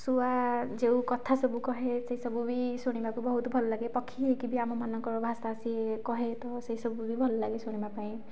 ଶୁଆ ଯେଉଁ କଥା ସବୁ କହେ ସେ ସବୁ ବି ଶୁଣିବାକୁ ବହୁତ ଭଲ ଲାଗେ ପକ୍ଷୀ ହେଇକି ବି ଆମ ମାନଙ୍କର ଭାଷା ସିଏ କହେ ତ ସେଇ ସବୁ ବି ଭଲ ଲାଗେ ଶୁଣିବା ପାଇଁ